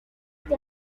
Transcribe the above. que